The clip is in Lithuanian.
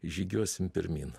žygiuosim pirmyn